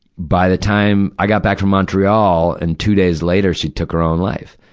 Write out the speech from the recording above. by the time i got back from montreal, and two days later, she took her own life.